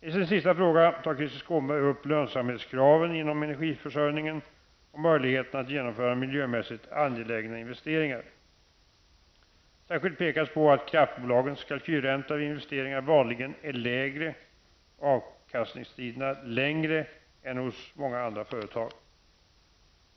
I sin sista fråga tar Krister Skånberg upp lönsamhetskraven inom energiförsörjningen och möjligheterna att genomföra miljömässigt angelägna investeringar. Särskilt pekas på att kraftbolagens kalkylränta vid investeringar vanligen är lägre, och avkastningstiderna längre, än hos många andra företag.